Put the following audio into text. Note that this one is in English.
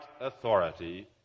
authority